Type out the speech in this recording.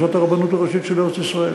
זו הרבנות הראשית של ארץ-ישראל.